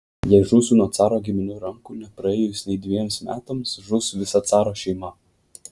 jei žūsiu nuo caro giminių rankų nepraėjus nei dvejiems metams žus visa caro šeima